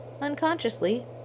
unconsciously